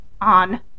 on